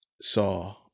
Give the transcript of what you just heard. saw